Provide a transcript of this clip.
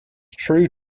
true